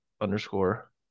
underscore